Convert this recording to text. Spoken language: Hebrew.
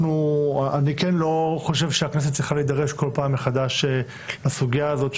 אני כן חושב שהכנסת לא צריכה להידרש כל פעם מחדש לסוגיה הזאת,